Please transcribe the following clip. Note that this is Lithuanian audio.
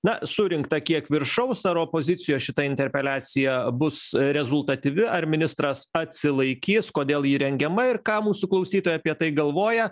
na surinkta kiek viršaus ar opozicijos šita interpeliacija bus rezultatyvi ar ministras atsilaikys kodėl ji rengiama ir ką mūsų klausytojai apie tai galvoja